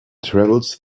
travels